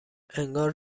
انگار